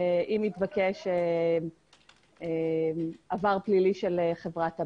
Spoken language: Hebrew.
אם יתבקש עבר פלילי של חברת הבת.